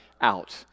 out